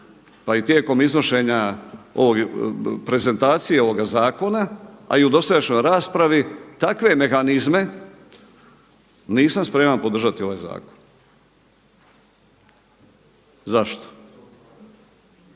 pa i tijekom iznošenja prezentacije ovoga zakona, a i u dosadašnjoj raspravi takve mehanizme nisam spreman podržati ovaj zakon. Zašto?